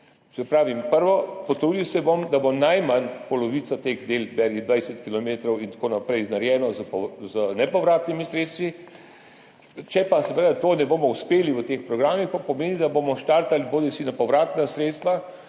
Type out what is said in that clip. Saj pravim, kot prvo, potrudil se bom, da bo najmanj polovica teh del, beri 20 kilometrov in tako naprej, narejena z nepovratnimi sredstvi. Če pa seveda tega ne bomo uspeli v teh programih, pa pomeni, da bomo štartali bodisi na povratna sredstva